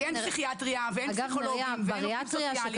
כי אין פסיכיאטריה ואין פסיכולוגים ואין עובדים סוציאליים.